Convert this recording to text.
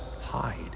hide